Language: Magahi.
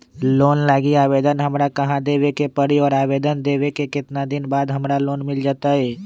लोन लागी आवेदन हमरा कहां देवे के पड़ी और आवेदन देवे के केतना दिन बाद हमरा लोन मिल जतई?